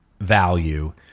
value